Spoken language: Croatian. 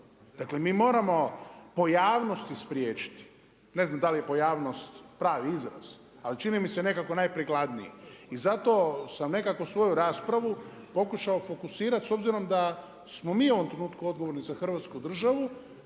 Dakle, mi moramo pojavnosti spriječiti. Ne znam da li je pojavnost pravi izraz, ali čini mi se nekako najprikladniji. I zato sam nekako svoju raspravu pokušao fokusirati s obzirom da smo mi u ovom trenutku odgovorni za Hrvatsku državu,